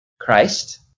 Christ